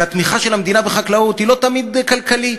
התמיכה של המדינה בחקלאות היא לא תמיד כלכלית,